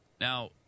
Now